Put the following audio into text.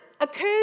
occurs